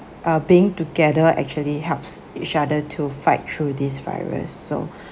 uh being together actually helps each other to fight through this virus so